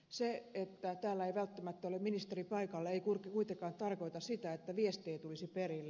se että täällä ei välttämättä ole ministeri paikalla ei kuitenkaan tarkoita sitä että viesti ei tulisi perille